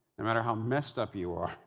and matter how messed up you are,